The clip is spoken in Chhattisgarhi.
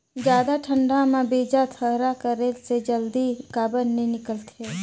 जादा ठंडा म बीजा थरहा करे से जल्दी काबर नी निकलथे?